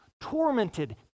tormented